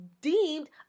deemed